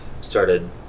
started